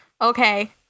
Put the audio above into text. Okay